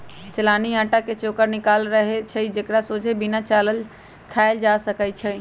चलानि अटा के चोकर निकालल रहै छइ एकरा सोझे बिना चालले खायल जा सकै छइ